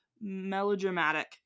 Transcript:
melodramatic